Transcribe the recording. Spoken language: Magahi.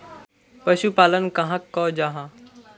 पशुपालन कहाक को जाहा?